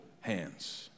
hands